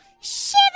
Shiver